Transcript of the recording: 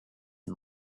and